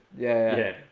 yeah.